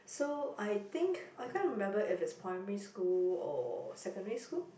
so I think I can't remember if it's primary school or secondary school